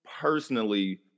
personally